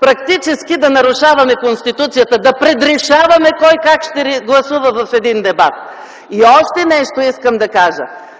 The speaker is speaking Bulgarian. практически да нарушим Конституцията - да предрешаваме кой как ще гласува в един дебат. И още нещо искам да кажа.